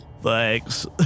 Thanks